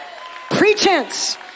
pretense